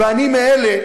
ואני מאלה